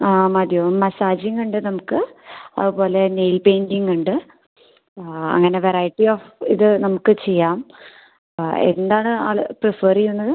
ആ മതി മസാജിങ്ങ് ഉണ്ട് നമുക്ക് അതുപോലെ നെയിൽ പെയിൻറ്റിങ്ങ് ഉണ്ട് ആ അങ്ങനെ വെറൈറ്റി ഓഫ് ഇത് നമുക്ക് ചെയ്യാം എന്താണ് ആൾ പ്രിഫെർ ചെയ്യുന്നത്